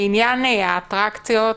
לעניין האטרקציות,